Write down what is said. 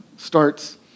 starts